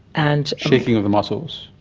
and shaking of the muscles,